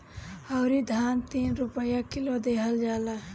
अउरी धान तीन रुपिया किलो देहल जाता